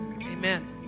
Amen